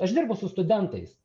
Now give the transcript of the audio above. aš dirbu su studentais